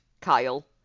Kyle